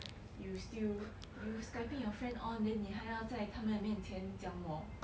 you still you skyping your friend on then 你还要在他们的面前讲我